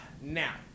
Now